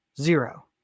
zero